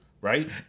right